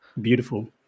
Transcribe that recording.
Beautiful